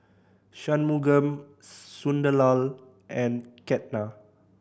Shunmugam Sunderlal and Ketna